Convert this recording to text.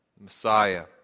Messiah